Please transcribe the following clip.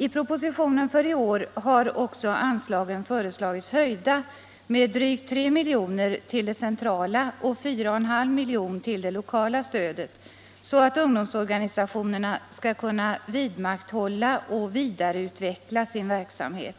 I propositionen för i år har anslagen föreslagits höjda med drygt 3 milj.kr. till det centrala och 4,5 milj.kr. till det lokala stödet, så att ungdomsorganisationerna skall kunna vidmakthålla och vidareutveckla sin verksamhet.